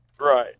Right